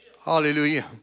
Hallelujah